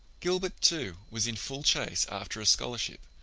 gilbert, too, was in full chase after a scholarship,